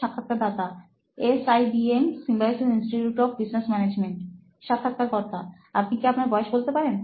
সাক্ষাৎকারদাতা SIBM Symbiosis institute of business management সাক্ষাৎকারকর্তা আপনি কি আপনার বয়স বলতে পারেন